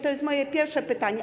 To jest moje pierwsze pytanie.